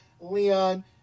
Leon